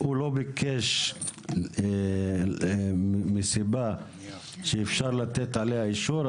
הוא לא ביקש מסיבה שאפשר לתת עליה אישור,